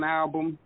album